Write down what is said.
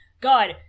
god